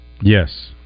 Yes